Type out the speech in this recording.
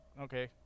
okay